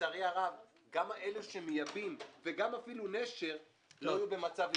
לצערי הרב גם אלה שמייבאים וגם אפילו נשר לא יהיו במצב אידיאלי.